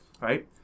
right